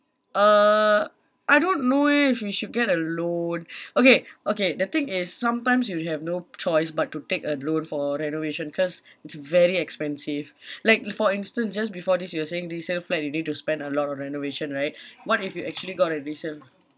uh I don't know eh if we should get a loan okay okay the thing is sometimes you have no choice but to take a loan for renovation cause it's very expensive like for instant just before this you were saying resale flat you need to spend a lot of renovation right what if you actually got a resale